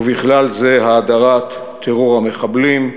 ובכלל זה האדרת טרור המחבלים,